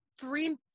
three